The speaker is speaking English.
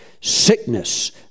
sickness